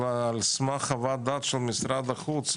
על סמך חוות דעת של משרד החוץ,